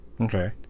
Okay